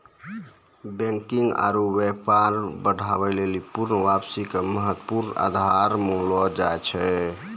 banking आरु व्यापार बढ़ाबै लेली पूर्ण वापसी के महत्वपूर्ण आधार मानलो जाय छै